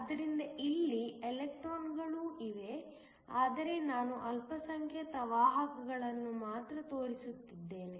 ಆದ್ದರಿಂದ ಇಲ್ಲಿ ಎಲೆಕ್ಟ್ರಾನ್ಗಳೂ ಇವೆ ಆದರೆ ನಾನು ಅಲ್ಪಸಂಖ್ಯಾತ ವಾಹಕಗಳನ್ನು ಮಾತ್ರ ತೋರಿಸುತ್ತಿದ್ದೇನೆ